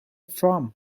from